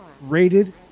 rated